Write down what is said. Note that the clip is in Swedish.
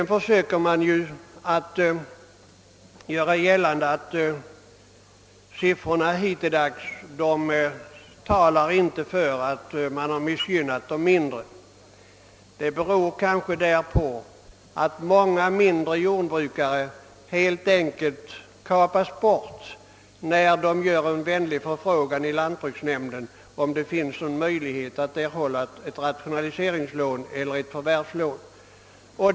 Tillgängliga uppgifter skulle inte, säger man, tala för att de mindre jordbrukarna har missgynnats. Ja, det kanske beror på att många mindre jordbrukare helt enkelt kapas bort när de hos lantbruksnämnden gör en vänlig förfrågan, om det finns möjlighet för dem att erhålla ett rationaliseringseller förvärvslån.